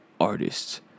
artists